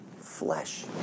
flesh